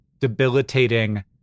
debilitating